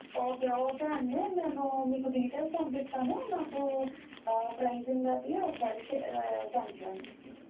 okay okay అండి నేను మీకు డీటెయిల్స్ పంపిస్తాను నాకు ప్రైసింగ్ అది ఒకసారి షేర్ సెండ్ చేయండి